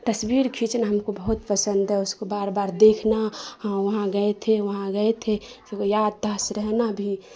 تصویر کھینچنا ہم کو بہت پسند ہے اس کو بار بار دیکھنا ہاں وہاں گئے تھے وہاں گئے تھے سب یاد داشت رہنا بھی